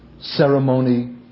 ceremony